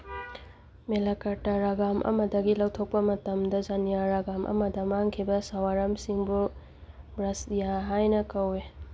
ꯃꯦꯂꯥꯀꯔꯇꯥ ꯔꯥꯒꯥꯝ ꯑꯃꯗꯒꯤ ꯂꯧꯊꯣꯛꯄ ꯃꯇꯝꯗ ꯁꯟꯅꯤꯌꯥ ꯔꯥꯒꯥꯝ ꯑꯃꯗ ꯃꯥꯡꯈꯤꯕ ꯁꯥꯋꯥꯔꯥꯝꯁꯤꯡꯕꯨ ꯔꯁꯔꯤꯌꯥ ꯍꯥꯏꯅ ꯀꯧꯏ